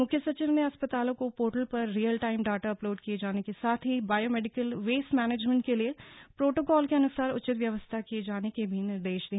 मुख्य सचिव ने अस्पतालों को पोर्टल पर रियल टाईम डाटा अपलोड किए जाने के साथ ही बायो मेडिकल वेस्ट मैनेजमेंट के लिए प्रोटोकॉल के अनुसार उचित व्यवस्था किए जाने के भी निर्देश दिए